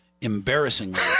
embarrassingly